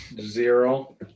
Zero